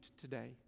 today